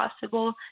possible